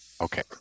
Okay